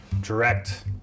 direct